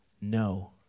No